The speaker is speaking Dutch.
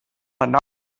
het